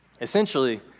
Essentially